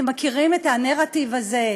אתם מכירים את הנרטיב הזה,